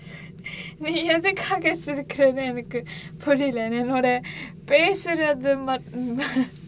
நீ எதுக்காக சிரிக்குறன்னு எனக்கு புரில என்னோட பேசுறது மட்டும் தான்:nee ethukkaaga sirikkuranu enakku purila ennoda pesurathu mattum thaan